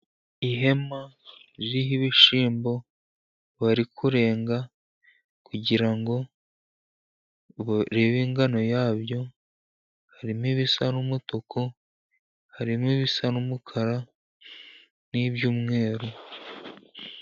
Ihema ririho ibishyimbo bari kurenga kugira ngo barebe ingano yabyo harimo ibisa n'umutuku, harimo ibisa n'umukara, n'ibyumweru.